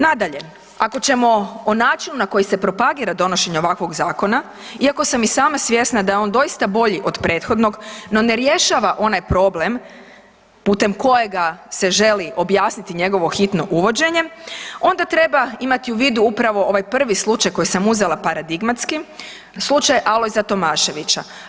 Nadalje, ako ćemo o načinu na koji se propagira donošenje ovakvog zakona, iako sam i sama svjesna da je on doista bolji od prethodnog, no, ne rješava onaj problem putem kojega se želi objasniti njegovo hitno uvođenje, onda treba imati u vidu upravo ovaj prvi slučaj koji sam uzela paradigmatski, slučaj Alojza Tomaševića.